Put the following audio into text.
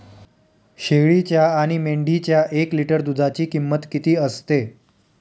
शेळीच्या आणि मेंढीच्या एक लिटर दूधाची किंमत किती असते?